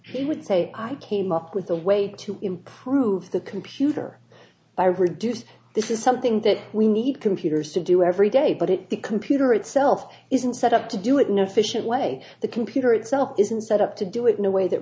for he would say i came up with a way to improve the computer by reduce this is something that we need computers to do every day but it the computer itself isn't set up to do it no efficient way the computer itself isn't set up to do it in a way that